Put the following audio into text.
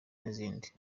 n’izindi